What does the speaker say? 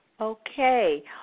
Okay